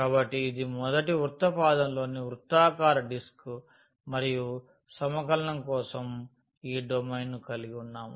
కాబట్టి ఇది మొదటి వృత్త పాదంలోని వృత్తాకార డిస్క్ మరియు సమకలన కోసం ఈ డొమైన్ను కలిగి ఉన్నాము